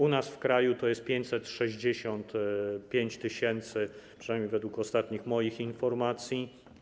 U nas w kraju to jest 565 tys., przynajmniej według ostatnich moich informacji.